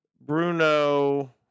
Bruno